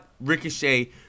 Ricochet